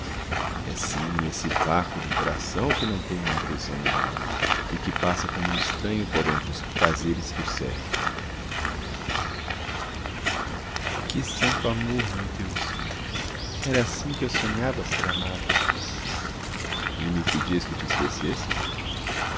é sim esse vácuo do coração que não tem uma afeição no mundo e que passa como um estranho por entre os prazeres que o cercam que santo amor meu deus era assim que eu sonhava ser amada e me pedias que te esquecesse